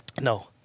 No